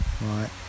right